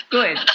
Good